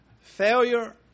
Failure